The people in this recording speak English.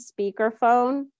speakerphone